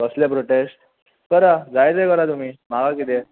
कसले प्रोटेस्ट करा जाय तें करा तुमी म्हाका कितें